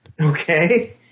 Okay